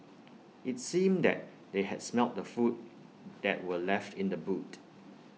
IT seemed that they had smelt the food that were left in the boot